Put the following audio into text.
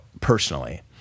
personally